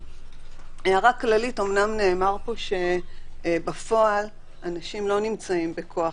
הערה כללית אמנם נאמר פה שבפועל אנשים לא נמצאים בכוח